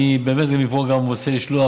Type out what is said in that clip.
אני באמת גם רוצה לשלוח